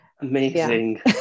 Amazing